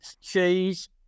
cheese